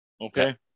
okay